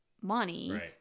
money